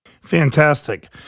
Fantastic